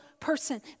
person